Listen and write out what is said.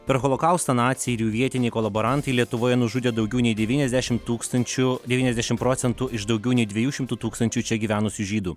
per holokaustą naciai ir vietiniai kolaborantai lietuvoje nužudė daugiau nei devyniasdešimt tūkstančių devyniasdešimt procentų iš daugiau nei dviejų šimtų tūkstančių čia gyvenusių žydų